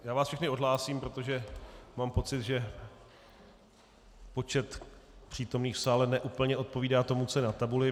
Já vás všechny odhlásím, protože mám pocit, že počet přítomných v sále ne úplně odpovídá tomu, co je na tabuli.